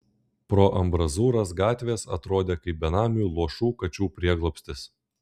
pro ambrazūras gatvės atrodė kaip benamių luošų kačių prieglobstis